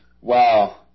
wow